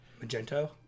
Magento